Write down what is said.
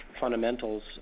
fundamentals